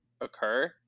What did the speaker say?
occur